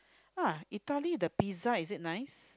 uh Italy the pizza is it nice